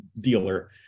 dealer